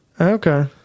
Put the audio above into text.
Okay